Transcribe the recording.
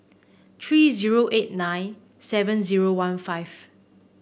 three zero eight nine seven zero one five